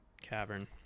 cavern